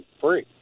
free